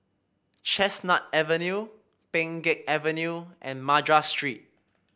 Chestnut Avenue Pheng Geck Avenue and Madras Street